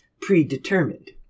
predetermined